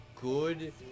good